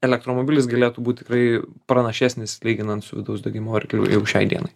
elektromobilis galėtų būt tikrai pranašesnis lyginant su vidaus degimo varikliu šiai dienai